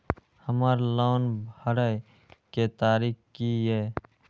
हमर लोन भरए के तारीख की ये?